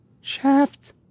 shaft